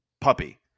puppy